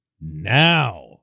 now